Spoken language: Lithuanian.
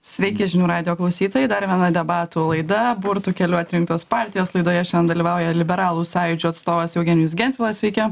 sveiki žinių radijo klausytojai dar viena debatų laida burtų keliu atrinktos partijos laidoje šian dalyvauja liberalų sąjūdžio atstovas eugenijus gentvilas sveiki